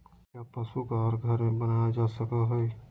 क्या पशु का आहार घर में बनाया जा सकय हैय?